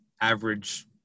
average